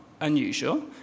unusual